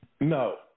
No